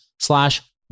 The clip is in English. slash